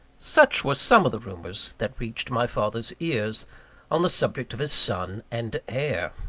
such were some of the rumours that reached my father's ears on the subject of his son and heir!